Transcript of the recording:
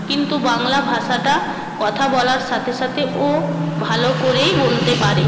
কিন্তু বাংলা ভাষাটা কথা বলার সাথে সাথে ও ভালো করেই বলতে পারে